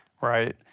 Right